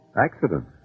Accident